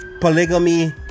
polygamy